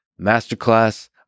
Masterclass